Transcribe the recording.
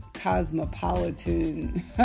Cosmopolitan